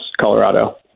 Colorado